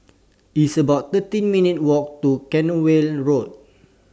It's about thirteen minutes' Walk to Cranwell Road